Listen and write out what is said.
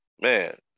man